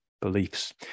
beliefs